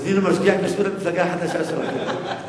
תזמינו משגיח כשרות למפלגה החדשה שלכם.